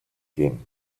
gehen